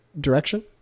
direction